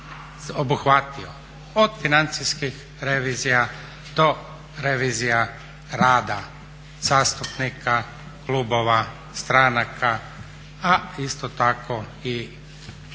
obuhvatio od financijskih revizija, do revizija rada zastupnika, klubova, stranaka a isto tako i političara